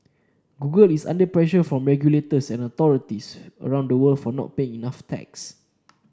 google is under pressure from regulators and authorities around the world for not paying enough tax